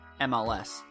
MLS